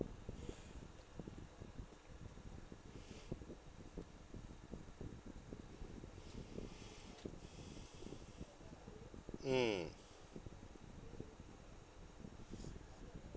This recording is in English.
mm